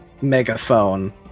megaphone